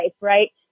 right